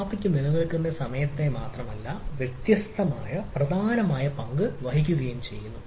traffic നിലനിൽക്കുന്ന സമയത്തെ മാത്രമല്ല വ്യത്യസ്തമായ പ്രധാന പങ്ക് വഹിക്കുന്നു